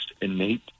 innate